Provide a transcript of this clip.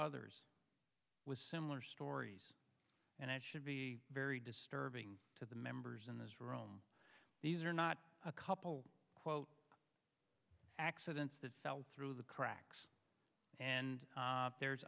others with similar stories and i should be very disturbing to the members in this room these are not a couple quote accidents that fell through the cracks and there's